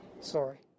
Sorry